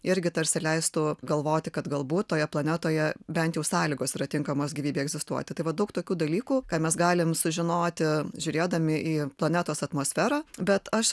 irgi tarsi leistų galvoti kad galbūt toje planetoje bent jau sąlygos yra tinkamos gyvybei egzistuoti tai va daug tokių dalykų ką mes galim sužinoti žiūrėdami į planetos atmosferą bet aš